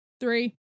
Three